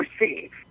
receive